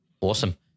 awesome